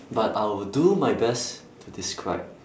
but I will do my best to describe